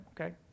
okay